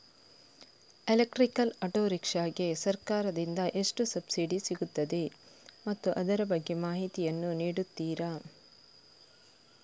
Electrical auto rickshaw ಗೆ ಸರ್ಕಾರ ದಿಂದ ಎಷ್ಟು ಸಬ್ಸಿಡಿ ಸಿಗುತ್ತದೆ ಮತ್ತು ಅದರ ಬಗ್ಗೆ ಮಾಹಿತಿ ಯನ್ನು ನೀಡುತೀರಾ?